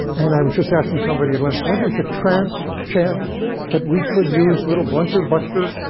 and i was just asking somebody at lunch, what is the chance chance that we could use little bunker buster,